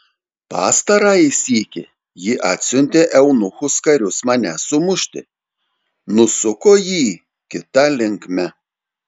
pastarąjį sykį ji atsiuntė eunuchus karius manęs sumušti nusuko jį kita linkme